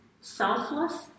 selfless